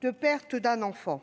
qu'est la perte d'un enfant.